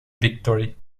victory